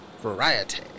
Variety